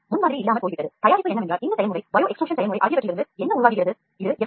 உயிர் பிதிர்வில் இருந்து தயாரிக்கப்படும் பொருட்கள் எஃப்